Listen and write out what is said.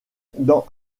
dans